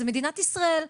זאת מדינת ישראל,